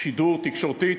שידור תקשורתית,